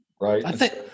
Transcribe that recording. Right